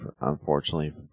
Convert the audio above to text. unfortunately